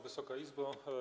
Wysoka Izbo!